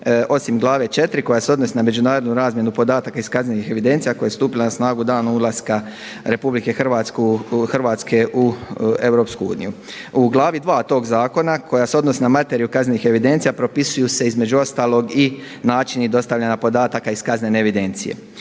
osim glave 4. koja se odnosi na međunarodnu razmjenu podataka iz kaznenih evidencija, a koja je stupila na snagu danom ulaska Republike Hrvatske u EU. U glavi dva tog zakona koja se odnosi na materiju kaznenih evidencija propisuju se između ostalog i načini dostavljanja podataka iz kaznene evidencije.